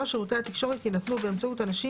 שירותי התקשורת יינתנו באמצעות אנשים